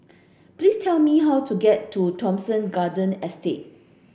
please tell me how to get to Thomson Garden Estate